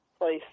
place